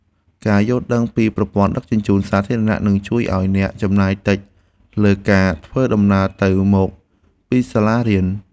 ការយល់ដឹងពីប្រព័ន្ធដឹកជញ្ជូនសាធារណៈនឹងជួយឱ្យអ្នកចំណាយតិចលើការធ្វើដំណើរទៅមកពីសាលារៀន។